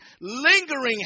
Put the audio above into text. lingering